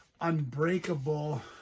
unbreakable